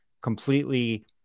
completely